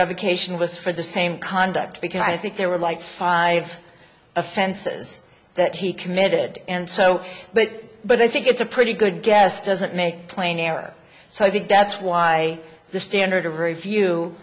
revocation was for the same conduct because i think there were like five offenses that he committed and so but but i think it's a pretty good guess doesn't make plain error so i think that's why the standard of review